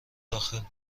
داخل